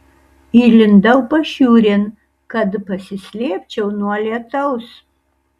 įlindau pašiūrėn kad pasislėpčiau nuo lietaus